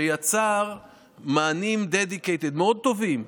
שיצר מענים dedicated, מאוד טובים.